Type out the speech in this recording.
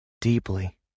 deeply